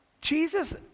Jesus